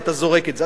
ואתה זורק את זה.